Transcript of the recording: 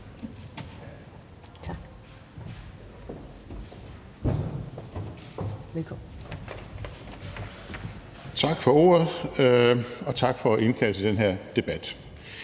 Tak for ordet, og tak for at indkalde til den her debat.